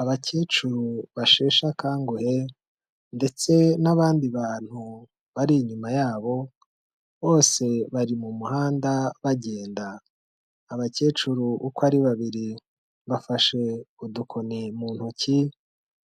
Abakecuru basheshe akanguhe ndetse n'abandi bantu bari inyuma yabo, bose bari mu muhanda bagenda. Abakecuru uko ari babiri bafashe udukoni mu ntoki